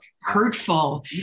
hurtful